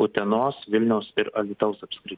utenos vilniaus ir alytaus apskrityse